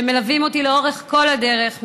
שמלווים אותי לאורך כל הדרך,